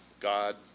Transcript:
God